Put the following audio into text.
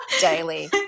daily